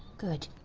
good,